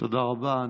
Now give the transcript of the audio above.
תודה רבה.